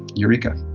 eureka.